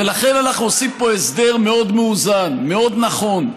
ולכן, אנחנו עושים פה הסדר מאוד מאוזן, מאוד נכון,